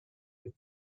you